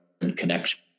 connection